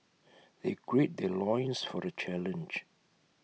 they gird their loins for the challenge